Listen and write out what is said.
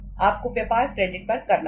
आपको व्यापार क्रेडिट पर करना होगा